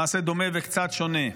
למעשה דומה וקצת שונה,